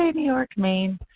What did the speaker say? new york, maine.